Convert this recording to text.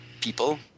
people